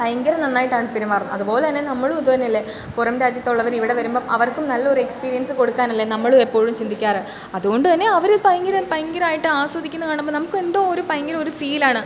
ഭയങ്കര നന്നായിട്ടാണ് പെരുമാറുന്നത് അതുപോലെ തന്നെ നമ്മളും ഇത് തന്നെ അല്ലെ പുറം രാജ്യത്തുള്ളവർ ഇവിടെ വരുമ്പം അവർക്കും നല്ലൊരെക്സ്പീരിയൻസ് കൊടുക്കാനല്ലേ നമ്മളും എപ്പോഴും ചിന്തിക്കാറ് അത്കൊണ്ട് തന്നെ അവർ ഭയങ്കര ഭയങ്കരായിട്ട് ആസ്വദിക്കുന്നത് കാണുമ്പോൾ നമുക്ക് എന്തോ ഒരു ഭയങ്കര ഒരു ഫീലാണ്